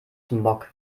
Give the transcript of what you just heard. smog